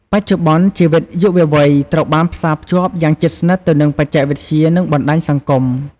បច្ចុប្បន្ន ជីវិតយុវវ័យត្រូវបានផ្សារភ្ជាប់យ៉ាងជិតស្និទ្ធទៅនឹងបច្ចេកវិទ្យា និងបណ្ដាញសង្គម។